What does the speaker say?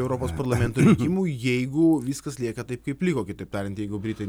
europos parlamento rinkimų jeigu viskas lieka taip kaip liko kitaip tariant jeigu britai